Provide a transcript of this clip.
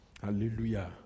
Hallelujah